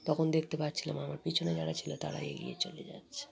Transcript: তখন দেখতে পাচ্ছিলাম আমার পিছনে যারা ছিল তারা এগিয়ে চলে যাচ্ছে